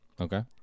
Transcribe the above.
Okay